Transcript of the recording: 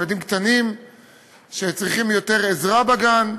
ילדים קטנים שצריכים יותר עזרה בגן,